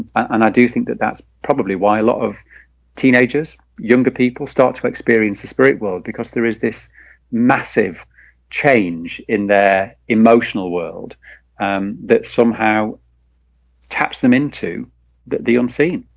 and i do think that that's probably why a lot of teenagers younger people start to experience the spirit world because there is this massive change in their emotional world um that somehow taps them into that the unseen